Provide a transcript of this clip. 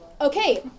Okay